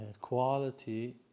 quality